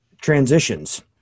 Transitions